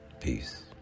peace